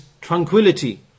tranquility